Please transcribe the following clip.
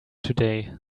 today